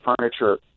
furniture